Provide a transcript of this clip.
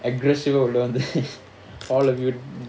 aggressive